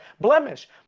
blemish